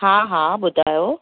हा हा ॿुधायो